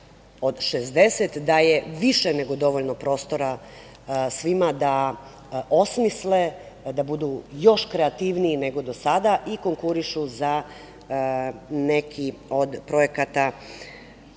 od 60 daje više nego dovoljno prostora svima da osmisle, da budu još kreativniji nego do sada i konkurišu za neki od projekata